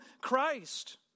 Christ